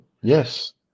Yes